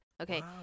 Okay